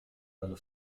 dello